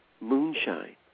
moonshine